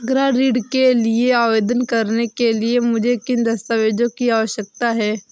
गृह ऋण के लिए आवेदन करने के लिए मुझे किन दस्तावेज़ों की आवश्यकता है?